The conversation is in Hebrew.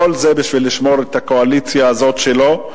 כל זה בשביל לשמור את הקואליציה הזאת שלו.